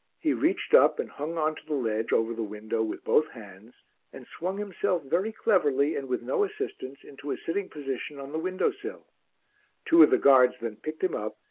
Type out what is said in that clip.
he reached up and hung on to the ledge over the window with both hands and swung himself very cleverly and with no assistance into a sitting position on the window-sill two of the guards then picked him up,